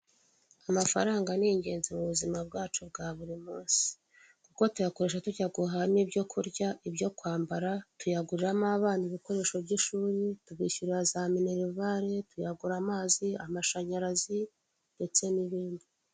Amafaranga ni ingenzi mu buzima bwacu bwa buri munsi. Kuko tuyakoresha tujya guhaha ibyo kurya, ibyo kwambara, tuyagurira mo abana ibikoresho by'ishuri, tuyishyura za minerivare, tuyagura amazi, amashanyarazi, ndetse n'ibindi.